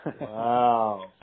Wow